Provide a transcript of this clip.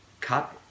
cut